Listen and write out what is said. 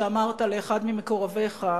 שאמרת לאחד ממקורביך,